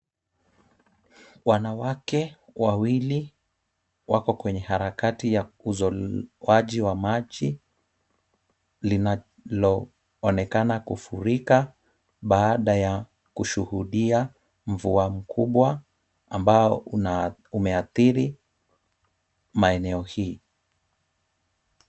Wanawake wawili wako kwenye harakati ya uzoaji wa maji, linaloonekana kufurika baada ya kushuhudia mvua mkubwa ambao umeathiri maeneo hii.